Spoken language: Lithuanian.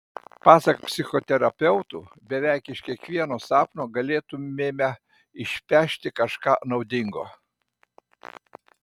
pasak psichoterapeutų beveik iš kiekvieno sapno galėtumėme išpešti kažką naudingo